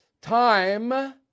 Time